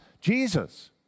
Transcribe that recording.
Jesus